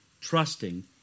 trusting